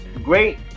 Great